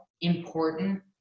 important